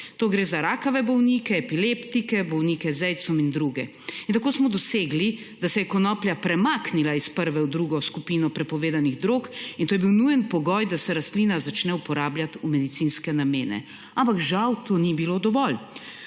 – gre za rakave bolnike, epileptike, bolnike z aidsom in druge. In tako smo dosegli, da se je konoplja premaknila iz prve v drugo skupino prepovedanih drog, in to je bil nujen pogoj, da se rastlina začne uporabljati v medicinske namene. Ampak žal to ni bilo dovolj.